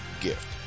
gift